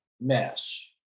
mesh